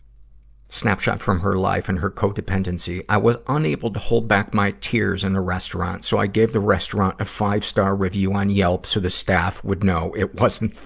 snapshot from her life and her codependency i was unable to hold back my tears in a restaurant, so i gave the restaurant a five-star review on yelp so the staff would know if wasn't